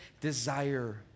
desire